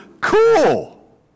cool